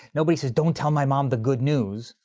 nobody says don't tell my mom the good news,